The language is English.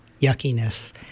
yuckiness